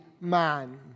man